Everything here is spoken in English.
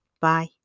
Bye